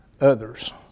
others